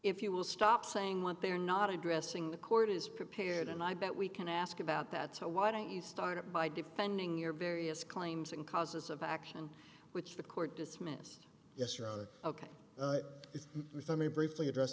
if you will stop saying what they're not addressing the court is prepared and i bet we can ask about that so why don't you start out by defending your various claims and causes of action which the court dismissed yes or other ok if i may briefly address